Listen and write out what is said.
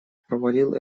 провалил